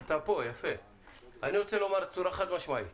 אני רוצה לומר בצורה חד משמעית